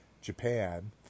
Japan